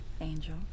Angel